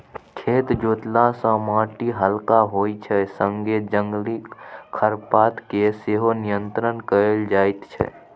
खेत जोतला सँ माटि हलका होइ छै संगे जंगली खरपात केँ सेहो नियंत्रण कएल जाइत छै